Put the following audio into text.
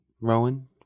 Rowan